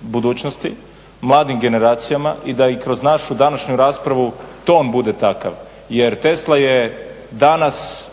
budućnosti, mladim generacijama i da i kroz našu današnju raspravu ton bude takav jer Tesla je danas